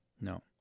no